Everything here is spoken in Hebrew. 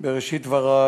בראשית דברי